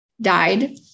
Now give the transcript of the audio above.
died